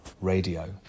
radio